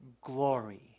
glory